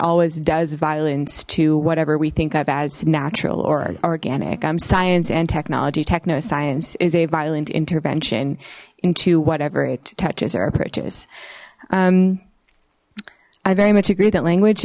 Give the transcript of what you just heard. always does violence to whatever we think of as natural or organic i'm science and technology techno science is a violent intervention into whatever it touches our approaches i very much agree that language